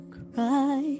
cry